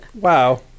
wow